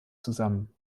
zusammen